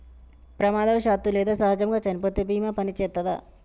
ప్రమాదవశాత్తు లేదా సహజముగా చనిపోతే బీమా పనిచేత్తదా?